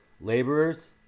laborers